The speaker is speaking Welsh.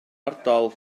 ardal